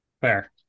Fair